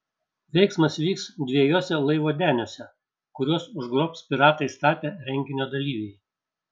veiksmas vyks dviejuose laivo deniuose kuriuos užgrobs piratais tapę renginio dalyviai